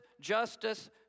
justice